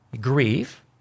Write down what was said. grieve